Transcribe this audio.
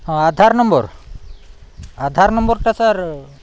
ହଁ ଆଧାର୍ ନମ୍ବର୍ ଆଧାର୍ ନମ୍ବର୍ଟା ସାର୍